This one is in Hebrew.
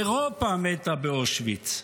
אירופה מתה באושוויץ.